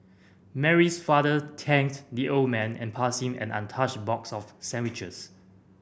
Mary's father thanked the old man and passed him an untouched box of sandwiches